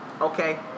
Okay